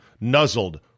nuzzled